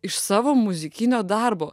iš savo muzikinio darbo